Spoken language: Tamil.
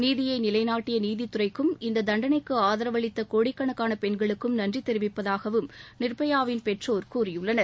நீதியை நிலைநாட்டிய நீதித்துறைக்கும் இந்த தண்டனைக்கு ஆதரவளித்த கோடிக்காணக்காள பெண்களுக்கும் நன்றி தெரிவிப்பதாகவும் நிர்பயாவின் பெற்றோர் கூறியுள்ளனர்